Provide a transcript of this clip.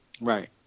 Right